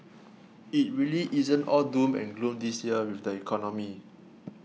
it really isn't all doom and gloom this year with the economy